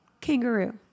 Kangaroo